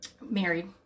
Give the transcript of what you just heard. married